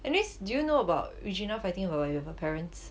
anyways do you know about regina fighting with her parents